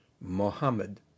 Mohammed